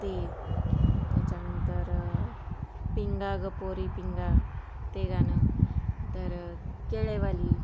ते त्याच्यानंतर पिंगा गं पोरी पिंगा ते गाणं तर केळेवाली